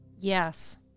Yes